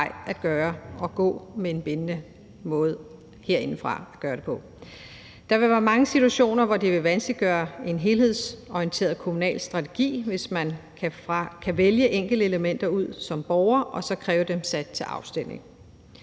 rigtige vej at gå herindefra. Der vil være mange situationer, hvor det vil vanskeliggøre en helhedsorienteret kommunal strategi, hvis man som borger kan vælge enkeltelementer ud og så kræve dem sat til afstemning.